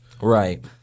Right